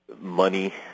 money